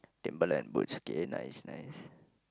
Timberland boots kay nice nice